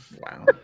Wow